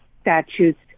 statutes